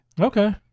Okay